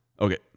Okay